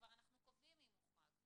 כבר אנחנו קובעים מי מוחרג.